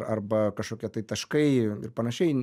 arba kažkokie tai taškai ir panašiai